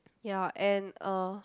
ya and uh